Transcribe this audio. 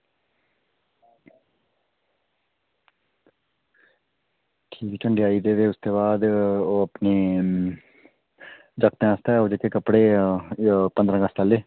झंडे आई गे ते उसदे ओह् अपनी जगतें आस्तै ओह् कपड़े जेह्ड़े पंदरां अगस्त आह्ले